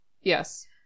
Yes